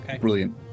Brilliant